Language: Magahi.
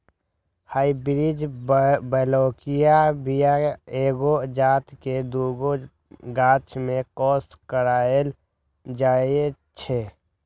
हाइब्रिड बलौकीय बीया एके जात के दुगो गाछ के क्रॉस कराएल रहै छै